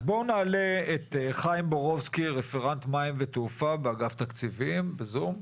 אז בואו נעלה את חיים בורובסקי רפרנט מים ותעופה באגף תקציבים בזום.